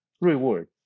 reward